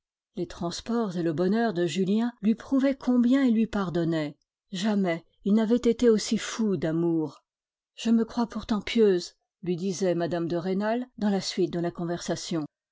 les transports et le bonheur de julien lui prouvaient combien il lui pardonnait jamais il n'avait été aussi fou d'amour je me crois pourtant pieuse lui disait mme de rênal dans la suite de la conversation